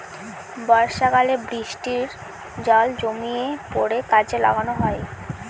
বর্ষাকালে বৃষ্টির জল জমিয়ে পরে কাজে লাগানো হয়